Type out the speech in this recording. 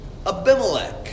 Abimelech